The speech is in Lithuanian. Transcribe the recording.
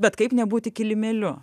bet kaip nebūti kilimėliu